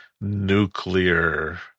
nuclear